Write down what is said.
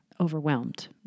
overwhelmed